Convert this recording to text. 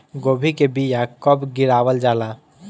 गोभी के बीया कब गिरावल जाला?